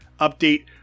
update